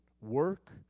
Work